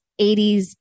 80s